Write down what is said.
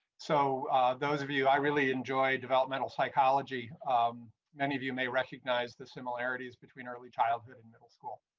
so those of you i really enjoyed developmental psychology um many of you may recognize the similarities between early childhood and middle school.